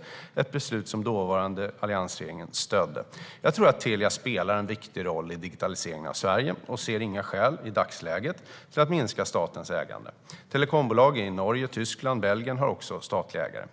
Det var ett beslut som dåvarande alliansregering stödde. Jag tror att Telia spelar en viktig roll i digitaliseringen av Sverige och ser inga skäl i dagsläget till att minska statens ägande. Telekombolag i Norge, Tyskland och Belgien har också statliga ägare.